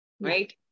right